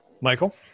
Michael